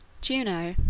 juno,